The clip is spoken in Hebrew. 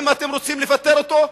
אם אתם רוצים לפטר אותו,